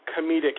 comedic